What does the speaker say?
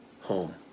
home